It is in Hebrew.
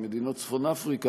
עם מדינות צפון אפריקה,